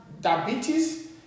diabetes